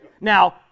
now